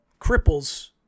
cripples